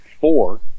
four